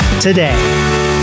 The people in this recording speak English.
today